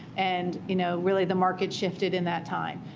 and you know really the market shifted in that time.